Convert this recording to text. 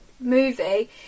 movie